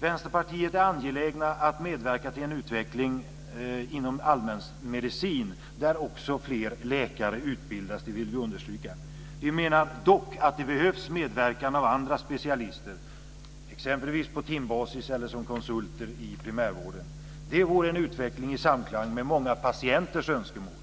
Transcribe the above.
Vänsterpartiet är angeläget att medverka till att en utveckling inom allmänmedicin kommer till stånd där också fler läkare utbildas. Vi menar dock att det behövs medverkan av andra specialister, exempelvis på timbasis eller som konsulter, i primärvården. Det vore en utveckling i samklang med många patienters önskemål.